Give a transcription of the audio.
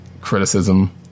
criticism